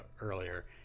earlier